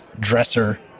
Dresser